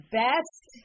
best